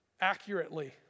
accurately